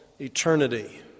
eternity